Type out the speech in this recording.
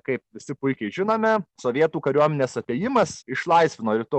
kaip visi puikiai žinome sovietų kariuomenės atėjimas išlaisvino rytų